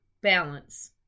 balance